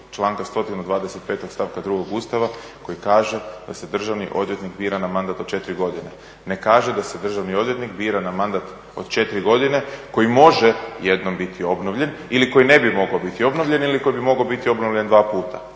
članka 125. stavka 2. Ustava koji kaže da se državni odvjetnik bira na mandat od 4 godine. Ne kaže da se državni odvjetnik bira na mandat od 4 godine koji može jednom biti obnovljen ili koji ne bi mogao biti obnovljen ili koji bi mogao biti obnovljen dva puta.